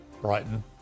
Brighton